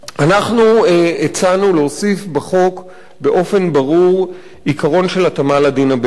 אנחנו הצענו להוסיף בחוק באופן ברור עיקרון של התאמה לדין הבין-לאומי,